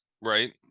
right